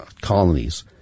colonies